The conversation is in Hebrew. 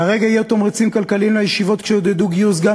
כרגע יהיו תמריצים כלכליים לישיבות שיעודדו גיוס גם